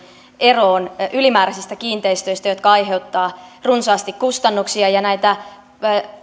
eroon ylimääräisistä kiinteistöistä jotka aiheuttavat runsaasti kustannuksia ja